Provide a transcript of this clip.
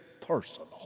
personal